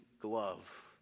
glove